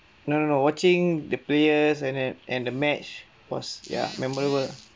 no no no watching the players and then and the match was ya memorable